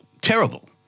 terrible